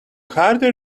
harder